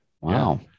Wow